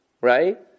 right